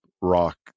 rock